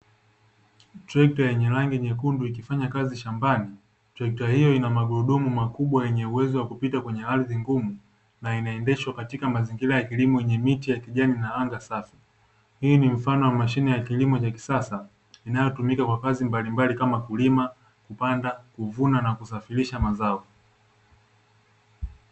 Trekta yenye rangi nyekundu ikifanya kazi shambani, trekta hiyo ina magurudumu makubwa yenye uwezo wa kupita kwenye ardhi ngumu na inaendeshwa katika mazingira yenye miti ya kijani na anga safi. Hii ni mfano wa mashine ya kilimo cha kisasa inayotumika kwa kazi mbalimbali, kama: kulima, kupanda, kuvuna na kusafirisha mazao.